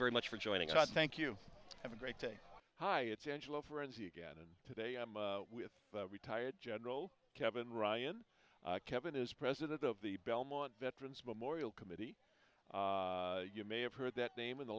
very much for joining us thank you have a great day hi it's angelo frenzy again and today i'm with retired general kevin ryan kevin is president of the belmont veterans memorial committee you may have heard that name in the